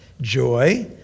joy